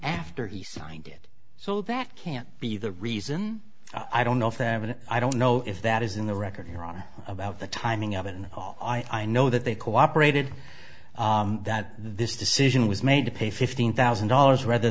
after he signed it so that can't be the reason i don't know if they have an i don't know if that is in the record your honor about the timing of it and all i know that they cooperated that this decision was made to pay fifteen thousand dollars rather